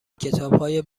کتابهای